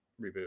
reboot